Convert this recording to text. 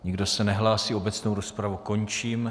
Nikdo se nehlásí, obecnou rozpravu končím.